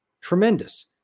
tremendous